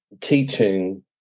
teaching